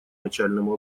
начальному